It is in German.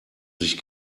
sich